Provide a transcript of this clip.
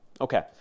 Okay